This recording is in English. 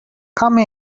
come